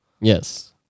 Yes